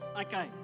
okay